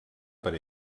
per